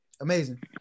amazing